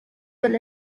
well